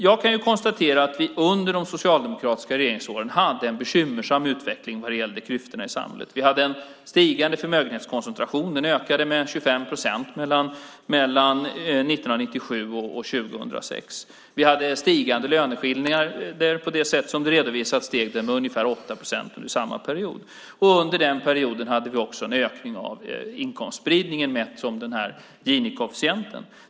Jag kan konstatera att vi under de socialdemokratiska regeringsåren hade en bekymmersam utveckling vad gäller klyftorna i samhället. Vi hade en stigande förmögenhetskoncentration. Den ökade med 25 procent mellan 1997 och 2006. Vi hade stigande löneskillnader. På det sätt som det redovisats steg de med ungefär 8 procent under samma period. Under den perioden hade vi också en ökning av inkomstspridningen, mätt som den här Gini-koefficienten.